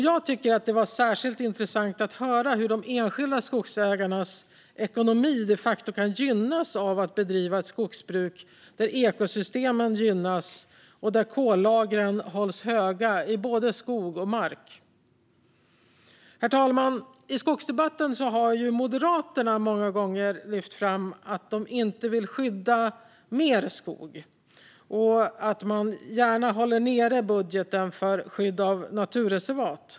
Jag tycker att det var särskilt intressant att höra hur de enskilda skogsägarnas ekonomi de facto kan gynnas av att de bedriver ett skogsbruk där ekosystemen gynnas och där kollagren hålls höga i både skog och mark. Herr talman! I skogsdebatten har Moderaterna många gånger lyft fram att de inte vill skydda mer skog och att de gärna håller nere budgeten för skydd av naturreservat.